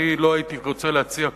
אני לא הייתי רוצה להציע כאן.